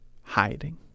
hiding